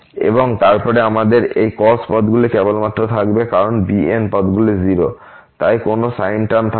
এবং তারপরে আমাদের এই cos পদগুলি কেবল মাত্র থাকবে কারণ bn পদগুলি 0 তাই কোন সাইন টার্ম থাকবে না